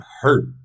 hurt